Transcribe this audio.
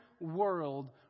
world